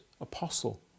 apostle